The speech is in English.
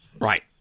Right